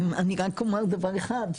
אני רק אומר דבר אחד,